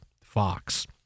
Fox